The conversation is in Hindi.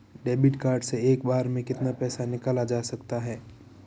डेबिट कार्ड से एक बार में कितना पैसा निकाला जा सकता है?